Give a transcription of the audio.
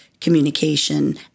communication